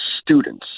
students